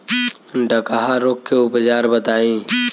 डकहा रोग के उपचार बताई?